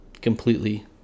completely